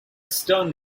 stern